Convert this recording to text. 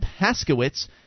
Paskowitz